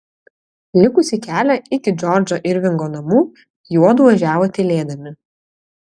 likusį kelią iki džordžo irvingo namų juodu važiavo tylėdami